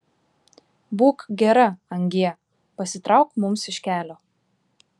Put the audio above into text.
būk gera angie pasitrauk mums iš kelio